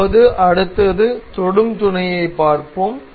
இப்போது அடுத்தது தொடும் துணையை பார்ப்போம்